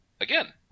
again